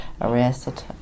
arrested